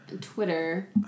Twitter